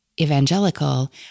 Evangelical